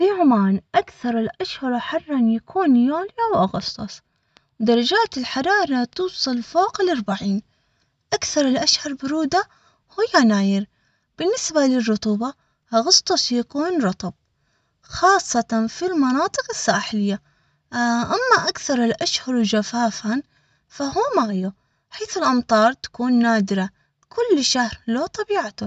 في عمان اكثر الاشهر حرا يكون يوليا واغسطس درجات الحرارة توصل فوق الاربعين اكثر الاشهر برودة هو يناير بالنسبة للرطوبة يكون رطب خاصة في المناطق الساحية اما اكثر الاشهر جفافا فهو مايو حيث الامطار تكون نادرة كل شهر له طبيعته.